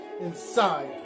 Inside